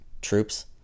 troops